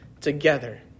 together